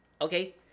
okay